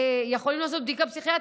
יכולים לעשות בדיקה פסיכיאטרית,